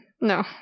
No